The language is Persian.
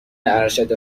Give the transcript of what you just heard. ارشد